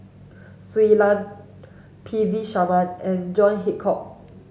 Shui Lan P V Sharma and John Hitchcock